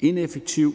ineffektiv.